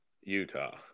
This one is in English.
Utah